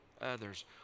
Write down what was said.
others